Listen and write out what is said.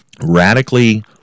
radically